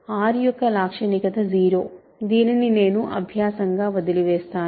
R యొక్క లాక్షణికత 0 దీనిని నేను అభ్యాసంగా వదిలివేస్తాను